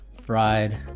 fried